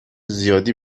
زیادی